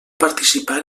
participar